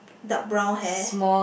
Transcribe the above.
dark brown hair